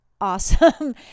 awesome